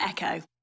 Echo